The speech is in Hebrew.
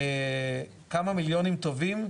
כמה מיליונים טובים,